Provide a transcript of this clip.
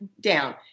down